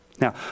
Now